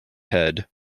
head